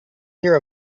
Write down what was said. hear